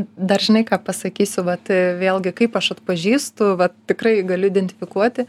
dar žinai ką pasakysiu vat vėlgi kaip aš atpažįstu vat tikrai galiu identifikuoti